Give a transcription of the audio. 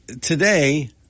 today